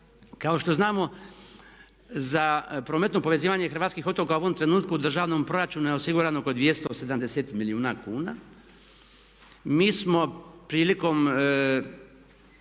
Kao što znamo za prometno povezivanje hrvatskih otoka u ovom trenutku u državnom proračunu je osigurano oko 270 milijuna kuna. Mi smo prilikom